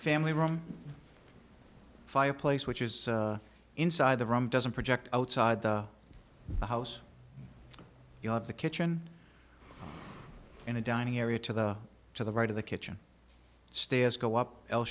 family room fireplace which is inside the room doesn't project outside the house you have the kitchen in a dining area to the to the right of the kitchen stairs go up l